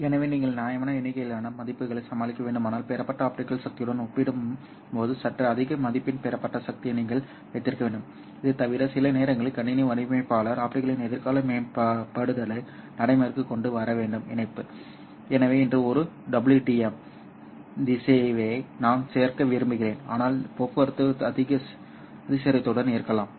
எனவே நீங்கள் நியாயமான எண்ணிக்கையிலான மதிப்புகளைச் சமாளிக்க வேண்டுமானால் பெறப்பட்ட ஆப்டிகல் சக்தியுடன் ஒப்பிடும்போது சற்றே அதிக மதிப்பின் பெறப்பட்ட சக்தியை நீங்கள் வைத்திருக்க வேண்டும் இது தவிர சில நேரங்களில் கணினி வடிவமைப்பாளர் ஆப்டிகலின் எதிர்கால மேம்படுத்தலை நடைமுறைக்கு கொண்டு வர வேண்டும் இணைப்பு எனவே இன்று ஒரு WDM திசைவியை நான் சேர்க்க விரும்புகிறேன் ஆனால் போக்குவரத்து அதிகரித்தவுடன் இருக்கலாம்